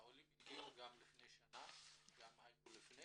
העולים הגיעו גם לפני שנה, גם היו לפני